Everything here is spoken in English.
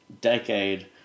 decade